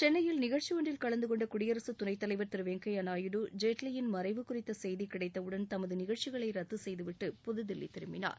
சென்னையில் நிகழ்ச்சி ஒன்றில் கலந்து கொண்ட குடியரசுத் துணைத் தலைவர் திரு வெங்கையா நாயுடுஜேட்லியின் மறைவு குறித்த செய்தி கிடைத்தவுடன் தனது நிகழ்ச்சிகளை ரத்து செய்துவிட்டு புதுதில்லி திரும்பினார்